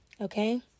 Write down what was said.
Okay